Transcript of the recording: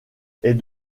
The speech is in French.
est